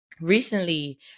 Recently